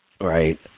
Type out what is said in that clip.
right